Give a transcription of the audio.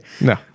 No